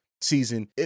season